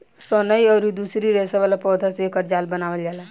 सनई अउरी दूसरी रेसा वाला पौधा से एकर जाल बनावल जाला